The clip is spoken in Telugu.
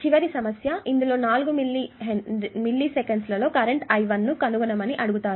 చివరి సమస్య ఇందులో నాలుగు మిల్లీ సెకన్లలో కరెంట్ I1 ను కనుగొనమని అడిగారు